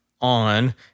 on